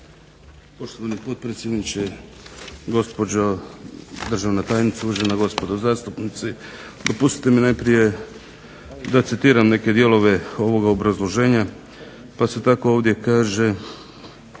Poštovani potpredsjedniče, gospođo državna tajnice, uvažena gospodo zastupnici. Dopustite mi najprije da citiram neke dijelove ovog obrazloženja. Pa se tako ovdje kaže